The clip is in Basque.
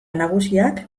nagusiak